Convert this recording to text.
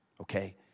okay